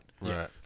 Right